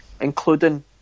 including